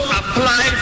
apply